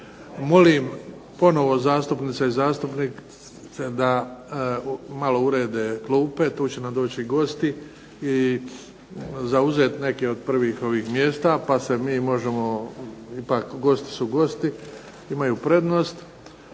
Molim ponovno zastupnice i zastupnike da malo urede klupe, tu će nam doći gosti i zauzeti neke od prvih ovih mjesta pa se mi možemo, ipak gosti su gosti, imaju prednost.